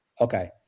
Okay